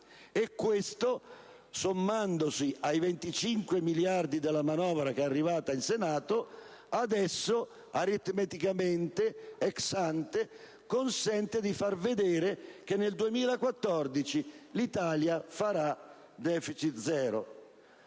e questo, sommandosi ai 25 miliardi della manovra arrivata in Senato, adesso, aritmeticamente, *ex ante*, consente di far vedere che nel 2014 l'Italia farà deficit zero.